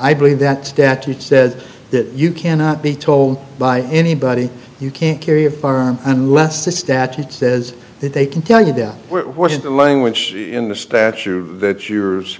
i believe that statute says that you cannot be told by anybody you can't carry a firearm unless the statute says they can tell you then what is the language in the statute that yours